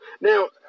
Now